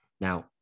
Now